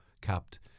capped